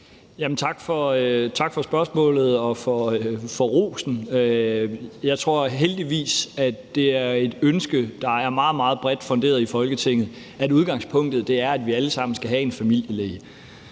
Tak for spørgsmålet og for rosen. Jeg tror heldigvis, det er et ønske, der er meget, meget bredt funderet i Folketinget, at udgangspunktet er, at vi alle sammen skal have en familielæge;